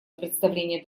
представление